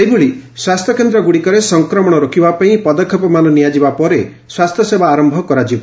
ସେଭଳି ସ୍ୱାସ୍ଥ୍ୟ କେନ୍ଦ୍ରଗୁଡ଼ିକରେ ସଂକ୍ରମଣ ରୋକିବା ପାଇଁ ପଦକ୍ଷେପମାନ ନିଆଯିବା ପରେ ସ୍ୱାସ୍ଥ୍ୟସେବା ଆରମ୍ଭ କରାଯିବ